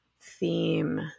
theme